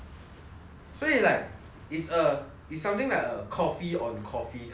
所以 like it's a it's something like a coffee on coffee kind of thing